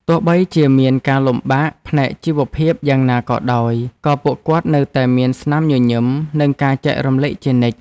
ទោះបីជាមានការលំបាកផ្នែកជីវភាពយ៉ាងណាក៏ដោយ ក៏ពួកគាត់នៅតែមានស្នាមញញឹម និងការចែករំលែកជានិច្ច។